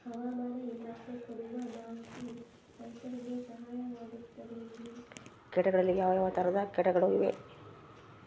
ಕೇಟಗಳಲ್ಲಿ ಯಾವ ಯಾವ ತರಹದ ಕೇಟಗಳು ಇವೆ?